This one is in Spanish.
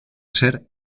ser